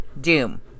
doom